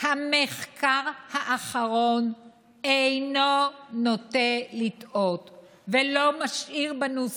המחקר האחרון אינו נוטה לטעות ולא משאיר בנו ספק.